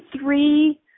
three